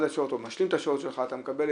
אנחנו אוהבים לבוא בטענה,